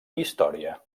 història